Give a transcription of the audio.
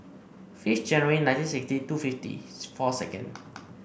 fifth January nineteen sixty two fifty four seconds